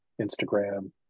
instagram